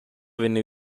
venne